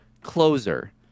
closer